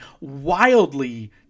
wildly